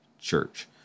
church